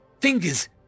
Fingers